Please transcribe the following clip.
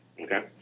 Okay